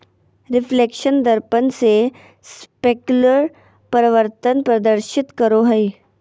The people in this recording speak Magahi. रिफ्लेक्शन दर्पण से स्पेक्युलर परावर्तन प्रदर्शित करो हइ